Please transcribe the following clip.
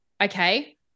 Okay